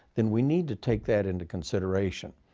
then we need to take that into consideration.